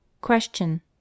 Question